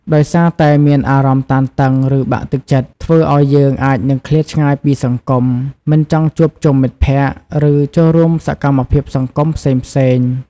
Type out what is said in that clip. ដោយសារតែមានអារម្មណ៍តានតឹង ឬបាក់ទឹកចិត្ត ធ្វើអោយយើងអាចនឹងឃ្លាតឆ្ងាយពីសង្គម មិនចង់ជួបជុំមិត្តភក្តិ ឬចូលរួមសកម្មភាពសង្គមផ្សេងៗ។